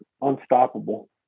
unstoppable